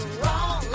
wrong